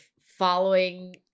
following